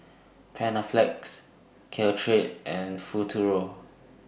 Panaflex Caltrate and Futuro